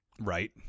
Right